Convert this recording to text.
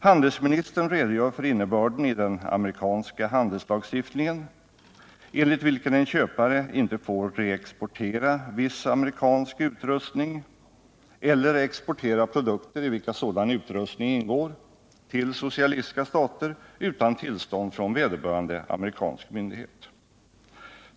Handelsministern redogör för innebörden av den amerikanska handelslagstiftningen, enligt vilken en köpare inte får reexportera viss amerikansk utrustning eller exportera produkter, i vilka sådan utrustning ingår, till socialistiska stater utan tillstånd från vederbörande amerikanska myndighet.